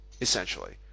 essentially